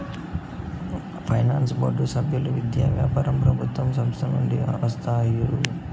finance board సభ్యులు విద్య, వ్యాపారం ప్రభుత్వ సంస్థల నుండి వస్తారు